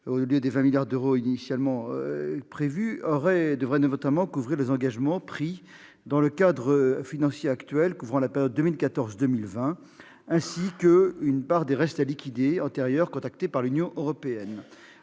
au lieu des 20 milliards d'euros initialement prévus. Ce montant devrait notamment couvrir les engagements pris dans le cadre financier actuel, couvrant la période 2014-2020, ainsi qu'une part des « restes à liquider » antérieurs contractés par l'Union européenne.